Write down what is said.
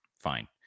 fine